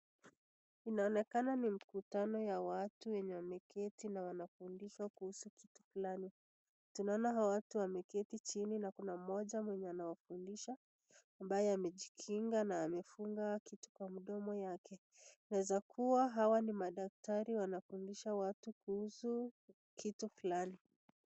Inaonekana ni mkutano ya watu wenye wameketi na wanafundishwa kuhusu kitu fulani. Tunaona hawa watu wameketi chini na kuna mmoja mwenye anawafundisha ambaye amejikinga na amefunga kitu kwa mdomo yake. Inaeza kuwa hawa ni madaktari wanafundisha watu kuhusu kitu fulani.